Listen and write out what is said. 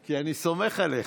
כי אני סומך עליך.